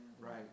right